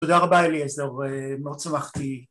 ‫תודה רבה, אליעזר, מאוד שמחתי